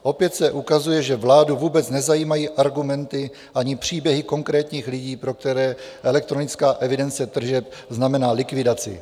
Opět se ukazuje, že vládu vůbec nezajímají argumenty ani příběhy konkrétních lidí, pro které elektronická evidence tržeb znamená likvidaci,